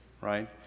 right